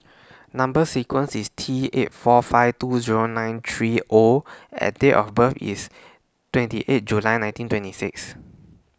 Number sequence IS T eight four five two Zero nine three O and Date of birth IS twenty eight July nineteen twenty six